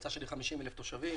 במועצה שלי 50,000 תושבים,